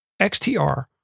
XTR